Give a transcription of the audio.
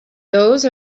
those